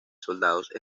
soldados